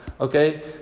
okay